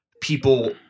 people